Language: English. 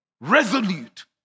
resolute